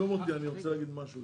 תרשום אותי, אני רוצה להגיד משהו.